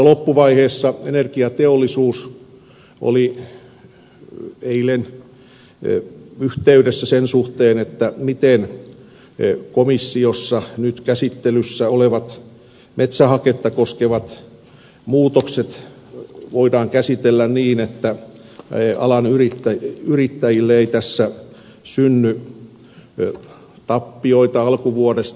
loppuvaiheessa energiateollisuus oli eilen yhteydessä sen suhteen miten komissiossa nyt käsittelyssä olevat metsähaketta koskevat muutokset voidaan käsitellä niin että alan yrittäjille ei tässä synny tappioita alkuvuodesta